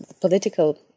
political